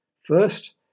First